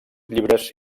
llibres